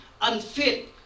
unfit